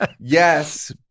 yes